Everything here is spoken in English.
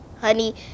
Honey